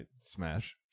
Smash